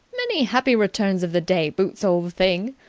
many happy returns of the day, boots, old thing!